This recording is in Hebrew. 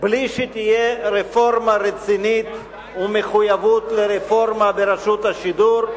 בלי שתהיה רפורמה רצינית ומחויבות לרפורמה ברשות השידור,